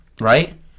right